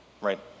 right